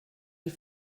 die